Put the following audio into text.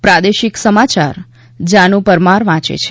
પ્રાદેશિક સમાચાર જાનુ પરમાર વાંચે છે